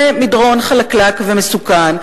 זה מדרון חלקלק ומסוכן.